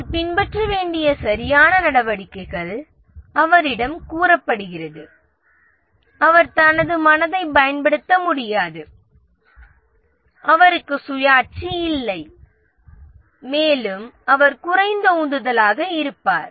அவர் பின்பற்ற வேண்டிய சரியான நடவடிக்கைகள் அவரிடம் கூறப்படுகிறது அவர் தனது மூளையை பயன்படுத்த முடியாது அவருக்கு சுயாட்சி இல்லை மேலும் அவர் குறைந்த உந்துதலாக இருப்பார்